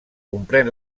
comprèn